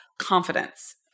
confidence